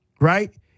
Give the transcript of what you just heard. right